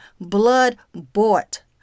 blood-bought